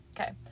okay